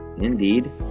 Indeed